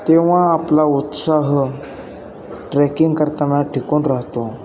तेव्हा आपला उत्साह ट्रेकिंग करताना टिकून राहतो